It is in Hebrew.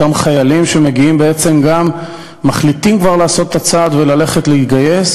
אותם חיילים שהחליטו כבר לעשות את הצעד ולהתגייס,